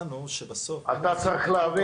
אתה צריך להבין,